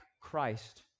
Christ